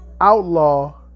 outlaw